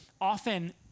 often